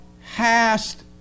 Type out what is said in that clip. hast